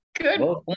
Good